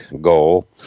goal